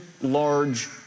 large